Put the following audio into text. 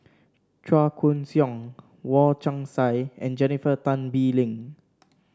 Chua Koon Siong Wong Chong Sai and Jennifer Tan Bee Leng